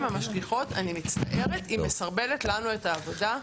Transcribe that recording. המשגיחות אני מצטערת מסרבלת לנו את העבודה.